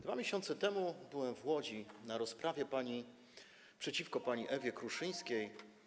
2 miesiące temu byłem w Łodzi na rozprawie przeciwko pani Ewie Kruszyńskiej.